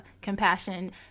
compassion